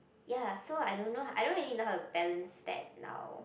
ya so I don't know I don't really know how to balance that now